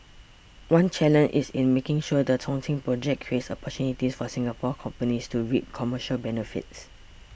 one challenge is in making sure the Chongqing project creates opportunities for Singapore companies to reap commercial benefits